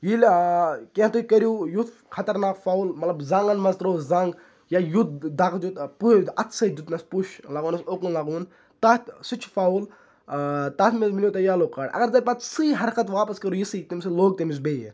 ییٚلہٕ کینٛہہ تُہۍ کٔرِو یُتھ خَطَرناک فَوُل مَطلَب زَنگن مَنٛز ترٲو زنٛگ یا یُتھ دَکہٕ دیُت پٲیِتھ اَتھٕ سۭتۍ دیُتنَس پُش لَگونَس اوٚکُن لَگووُن تَتھ سُہ تہِ چھُ فَوُل تَتھ مَنٛز مِلیٚو تۄہہِ ییٚلو کارڑ اَگَر تۄہہِ پَتہٕ سۄے حَرکَت واپَس کٔرو یِژھی تمہِ سۭتۍ لوٚگ تٔمِس بیٚیہِ